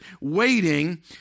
waiting